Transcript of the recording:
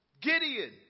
Gideon